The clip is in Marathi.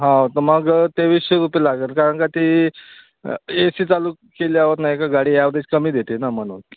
हो तर मग तेवीसशे रुपये लागेल कारण का ती ए सी चालू केल्यावर नाही का गाडी ॲवरेज कमी देते ना म्हणून